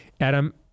Adam